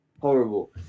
Horrible